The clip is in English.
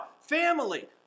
Family